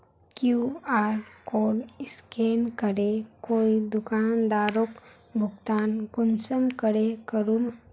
QR code scan करे कोई दुकानदारोक भुगतान कुंसम करे करूम?